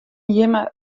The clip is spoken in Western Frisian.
jimme